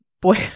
boy